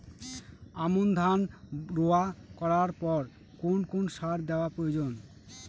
আমন ধান রোয়া করার পর কোন কোন সার দেওয়া প্রয়োজন?